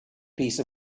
piece